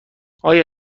آیا